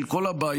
של כל הבית,